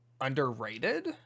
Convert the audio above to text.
underrated